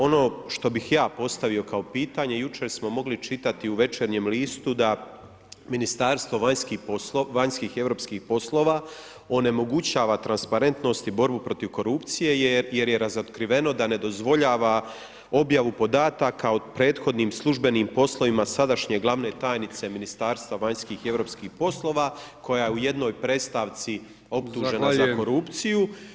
Ono što bih ja postavio kao pitanje, jučer smo mogli čitati u Večernjem listu da Ministarstvo vanjskih i europskih poslova onemogućava transparentnost i borbu protiv korupcije jer je razotkriveno da ne dozvoljava objavu podataka o prethodnim službenim poslovima sadašnje glavne tajnice Ministarstva vanjskih i europskih poslova koja je u jednoj predstavci optužena za korupciju.